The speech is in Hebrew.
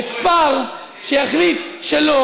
וכפר שיחליט שלא